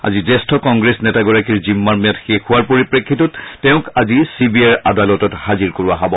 আজি জ্যেষ্ঠ কংগ্ৰেছ নেতাগৰাকীৰ জিম্মাৰ ম্যাদ শেষ হোৱাৰ পৰিপ্ৰেক্ষিতত তেওঁক আজি চিবিআইৰ আদালতত হাজিৰ কৰোৱা হ'ব